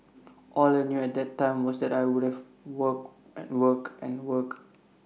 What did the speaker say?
all I knew at that time was that I would have work and work and work